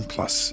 Plus